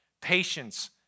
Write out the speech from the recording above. Patience